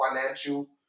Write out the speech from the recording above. financial